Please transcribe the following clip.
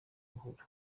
buhoro